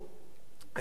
היתה פרשת המרגלים